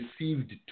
received